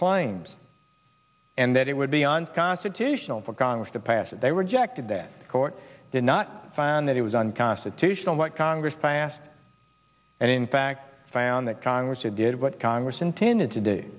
clines and that it would be unconstitutional for congress to pass it they rejected that court did not find that it was unconstitutional what congress passed and in fact found that congress had did what congress intended to do